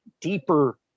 deeper